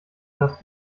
dass